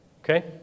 Okay